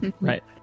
right